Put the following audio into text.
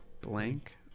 blank